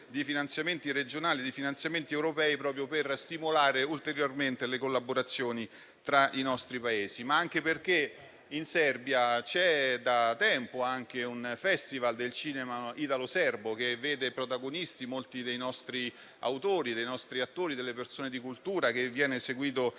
di finanziamenti regionali ed europei, proprio per stimolare ulteriormente le collaborazioni tra i nostri Paesi. Questo anche perché in Serbia da tempo si svolge un Festival del cinema italo-serbo, che vede protagonisti molti dei nostri autori, attori e di persone di cultura. Esso viene seguito,